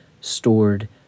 stored